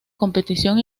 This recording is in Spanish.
competición